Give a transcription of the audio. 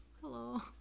hello